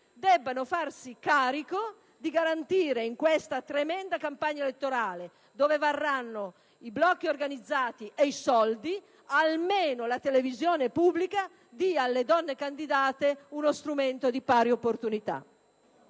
debbano farsi carico di garantire che in questa tremenda campagna elettorale, dove varranno i blocchi organizzati e i soldi, almeno la televisione pubblica dia alle donne candidate uno strumento di pari opportunità!